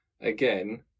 Again